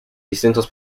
distintos